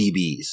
DBs